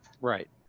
Right